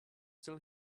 still